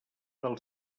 del